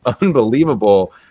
unbelievable